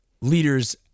leaders